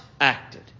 acted